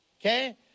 Okay